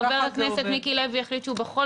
חבר הכנסת מיקי לוי החליט שהוא בכל